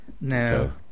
No